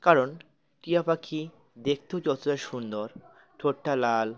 কারণ টিয়া পাখি দেখতেও যতটা সুন্দর ঠোঁটটা লাল